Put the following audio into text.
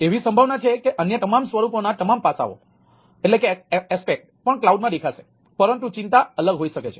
એવી સંભાવના છે કે અન્ય તમામ સ્વરૂપોના તમામ પાસાઓ પણ કલાઉડમાં દેખાશે પરંતુ ચિંતા અલગ હોઈ શકે છે